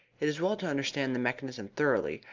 it is well to understand the mechanism thoroughly,